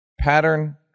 pattern